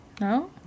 No